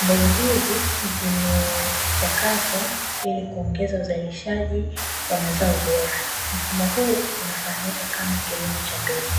Mbegu hizi zimechakatwa ili kuongeza uzalishaji wa mazao bora, mfumo huu unafahamika kama kilimo cha mbegu.